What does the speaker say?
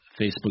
Facebook